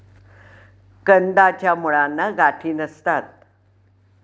कंदाच्या मुळांना गाठी नसतात